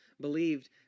believed